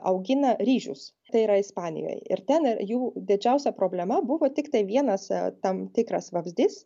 augina ryžius tai yra ispanijoj ir ten jų didžiausia problema buvo tiktai vienas tam tikras vabzdys